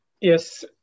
Yes